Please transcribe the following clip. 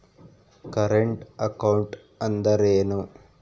Current account ಅಂದರೇನು?